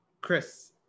chris